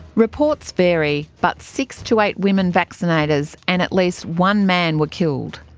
reports vary, but six to eight women vaccinators and at least one man were killed.